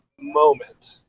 moment